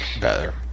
Better